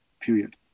period